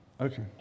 Okay